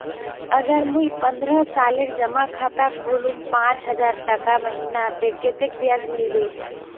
अगर मुई पन्द्रोह सालेर जमा खाता खोलूम पाँच हजारटका महीना ते कतेक ब्याज मिलबे?